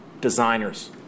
designers